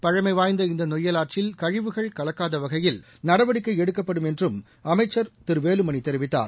பழமை வாய்ந்த இந்த நொய்யல் ஆற்றில் கழிவுகள் கலக்காத வகையில் நடவடிக்கை எடுக்கப்படும் என்றும் அமைச்சர் திரு வேலுமணி தெரிவித்தார்